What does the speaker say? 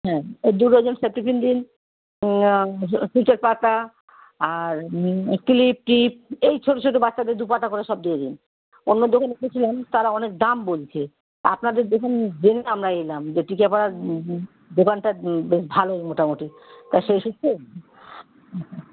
হ্যাঁ ও দু ডজন সেপটিপিন দিন টিপের পাতা আর ক্লিপ টলিপ এই ছোট ছোট বাচ্চাদের দু পাতা করে সব দিয়ে দিন অন্য দোকানে গিয়েছিলাম তারা অনেক দাম বলছে আপনাদের দোকানে জেনে আমরা এলাম যে টিকিয়াপাড়ার দোকানটা বেশ ভালোই মোটামুটি তা সেই সূত্রে